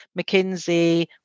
McKinsey